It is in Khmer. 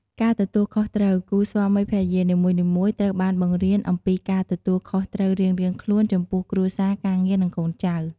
ការទទួលខុសត្រូវ គូស្វាមីភរិយានីមួយៗត្រូវបានបង្រៀនអំពីការទទួលខុសត្រូវរៀងៗខ្លួនចំពោះគ្រួសារ ការងារ និងកូនចៅ។